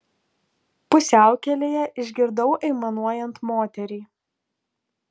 pusiaukelėje išgirdau aimanuojant moterį